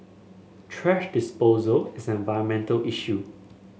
thrash disposal is an environmental issue